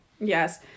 Yes